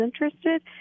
interested